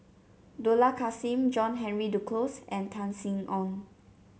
Dollah Kassim John Henry Duclos and Tan Sin Aong